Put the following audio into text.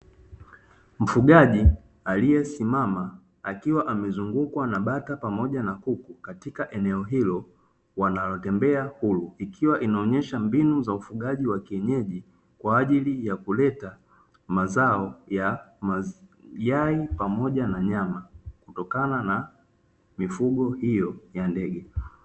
Mfugaji aliesimama akiwa amezungukwa na bata pamoja na kuku katika eneo hilo wanalotembea huru. Ikiwa inaonyesha mbinu za ufugaji wa kienyeji kwa ajili ya kuleta mazao ya mayai pamoja na nyama, kutokana na mifugo hiyo ya ndege.